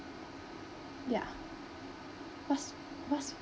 ya what's what's